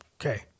Okay